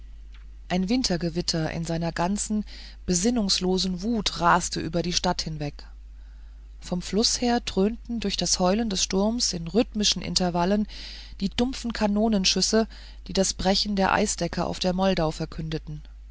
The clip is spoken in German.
ein wintergewitter in seiner ganzen besinnungslosen wut raste über die stadt hinweg vom fluß her dröhnten durch das heulen des sturms in rhythmischen intervallen die dumpfen kanonenschüsse die das brechen der eisdecke auf der moldau verkündeten